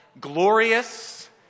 glorious